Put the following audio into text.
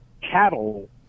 cattle